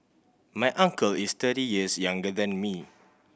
my uncle is thirty years younger than me